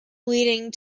leading